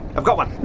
i've got one! mm,